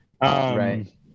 Right